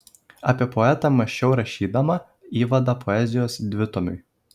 apie poetą mąsčiau rašydama įvadą poezijos dvitomiui